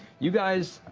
you guys